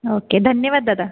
okay धन्यवाद दादा